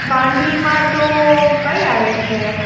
બાંધણીમાં તો કઈ આવે છે